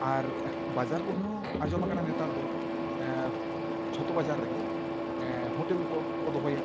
ᱟᱨ ᱵᱟᱡᱟᱨ ᱠᱚᱨᱮ ᱦᱚᱸ ᱟᱸᱡᱚᱢ ᱟᱠᱟᱱᱟ ᱱᱮᱛᱟᱨ ᱫᱚ ᱡᱷᱚᱛᱚ ᱵᱟᱡᱟᱨ ᱨᱮᱜᱮ ᱦᱚᱴᱮᱞ ᱠᱚᱠᱚ ᱫᱚᱦᱚᱭᱟ